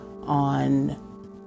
on